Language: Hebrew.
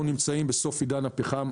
אנחנו נמצאים בסוף עידן הפחם.